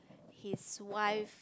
his wife